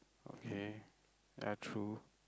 okay ya true